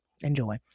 enjoy